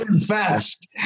fast